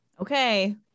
okay